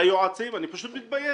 את היועצים, אני פשוט מתבייש.